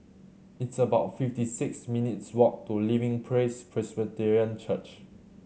it's about fifty six minutes' walk to Living Praise Presbyterian Church